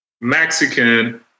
Mexican